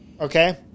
Okay